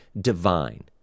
divine